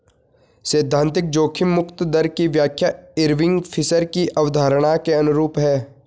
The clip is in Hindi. सैद्धांतिक जोखिम मुक्त दर की व्याख्या इरविंग फिशर की अवधारणा के अनुरूप है